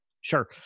Sure